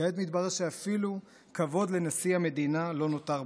כעת מתברר שאפילו כבוד לנשיא המדינה לא נותר בכם.